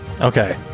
Okay